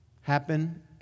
happen